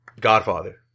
Godfather